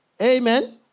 Amen